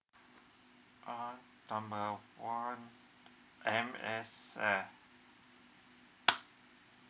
uh number one M_S_F